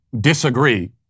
disagree